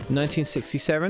1967